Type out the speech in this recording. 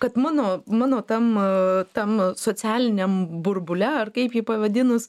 kad mano mano tem tam socialiniam burbule ar kaip jį pavadinus